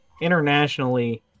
internationally